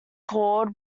called